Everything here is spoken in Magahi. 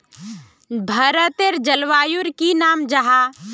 भारतेर जलवायुर की नाम जाहा?